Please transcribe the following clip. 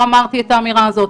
לא אמרתי את האמירה הזאת.